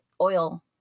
oil